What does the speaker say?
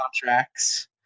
contracts